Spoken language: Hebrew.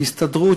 הסתדרות,